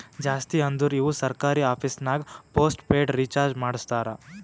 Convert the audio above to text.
ಜಾಸ್ತಿ ಅಂದುರ್ ಇವು ಸರ್ಕಾರಿ ಆಫೀಸ್ನಾಗ್ ಪೋಸ್ಟ್ ಪೇಯ್ಡ್ ರೀಚಾರ್ಜೆ ಮಾಡಸ್ತಾರ